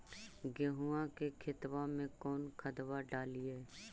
गेहुआ के खेतवा में कौन खदबा डालिए?